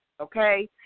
okay